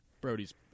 Brody's